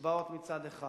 קצבאות מצד אחד